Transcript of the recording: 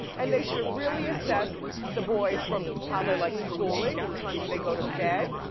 and they should really assess the boys from how they like schooling, what time do they go to bed?